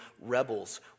rebels